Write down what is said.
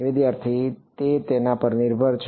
વિદ્યાર્થી તે તેના પર નિર્ભર છે